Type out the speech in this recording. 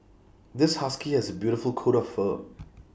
this husky has A beautiful coat of fur